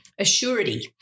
assurity